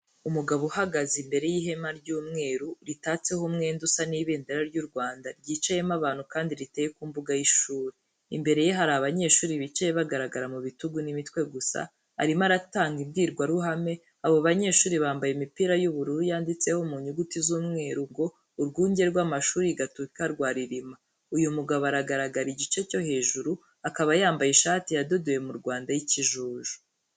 Umugabo uhagaze imbere y'ihema ry'umweru, ritatseho umwenda usa n'ibendera ry'u Rwanda, ryicayemo abantu kandi riteye mu mbuga y'ishuri. Imbere ye hari abanyeshuri bicaye bagaragara mu bitugu n'imitwe gusa, arimo aratanga imbwirwaruhame. Abo banyeshuri bambaye imipira y'ubururu yanditseho, mu nyuti z'umweru, ngo Urwunge rw'Amashuri Gatolika rwa Rilima. Uyu mugabo aragaragara igice cyo hejuru, akaba yambaye ishati yadodewe mu Rwanda y'ikijuju.